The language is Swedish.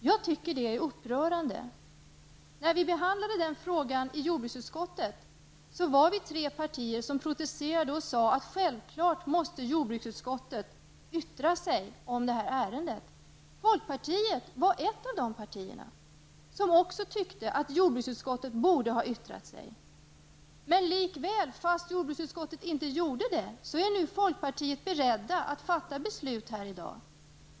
Jag tycker att det är upprörande. När vi behandlade den frågan i jordbruksutskottet var vi tre partier som protesterade och sade att jordbruksutskottet självfallet måste yttra sig om detta ärende. Folkpartiet var ett av de partier som också tyckte att jordbruksutskottet borde ha yttrat sig. Men trots att jordbruksutskottet inte gjorde det är folkpartisterna nu beredda att fatta beslut här i dag.